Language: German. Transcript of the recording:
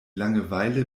langeweile